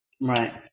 Right